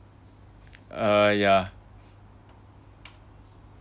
uh ya